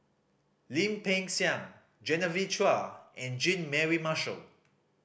Lim Peng Siang Genevieve Chua and Jean Mary Marshall